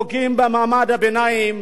פוגעים במעמד הביניים.